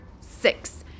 six